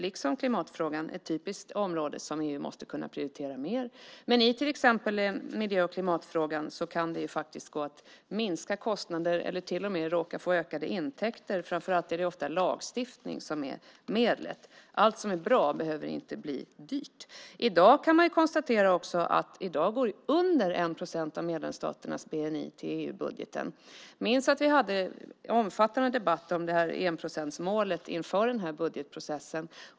Liksom klimatfrågan är detta ett typiskt område som EU måste kunna prioritera mer. Men i till exempel miljö och klimatfrågorna kan det faktiskt gå att minska kostnaderna - till och med kan man råka få ökade intäkter. Framför allt är det ofta lagstiftning som är medlet. Allt som är bra behöver inte bli dyrt. I dag, kan det konstateras, går mindre än 1 procent av medlemsstaternas bni till EU-budgeten. Ni minns väl att vi hade en omfattande debatt om enprocentsmålet inför den här budgetprocessen.